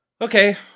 okay